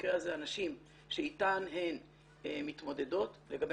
במקרה הזה הנשים שאיתם הם מתמודדים לגבי